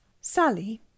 sally